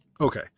Okay